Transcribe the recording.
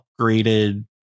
upgraded